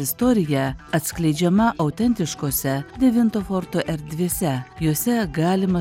istorija atskleidžiama autentiškose devinto forto erdvėse jose galima